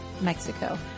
Mexico